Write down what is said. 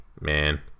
man